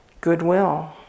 Goodwill